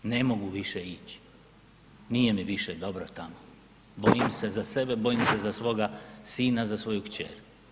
Ne mogu više ići, nije mi više dobro tamo, bojim se za sebe, bojim se za svoga sina, za svoju kćer.